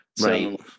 Right